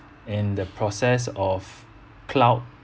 in the process of cloud